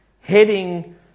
heading